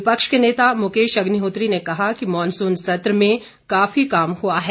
विपक्ष के नेता मुकेश अग्निहोत्री ने कहा कि मॉनसून सत्र में काफी काम हुआ है